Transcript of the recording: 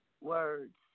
Words